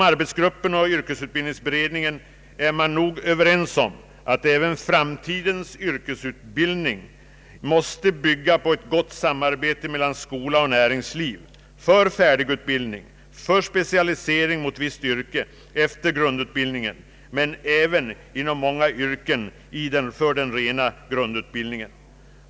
Inom :yrkesutbildningsberedningens arbetsgrupp är man överens om att även framtidens yrkesutbildning måste bygga på ett gott samarbete mellan skola och näringsliv för färdigutbildning, för specialisering mot ett visst yrke efter grundutbildningen, men även inom många yrken för den rena grundutbildningen.